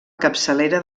capçalera